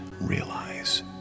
realize